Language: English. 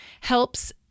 helps